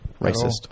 Racist